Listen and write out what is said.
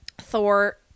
Thor